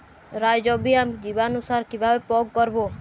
Rhizobium জীবানুসার কিভাবে প্রয়োগ করব?